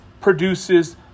produces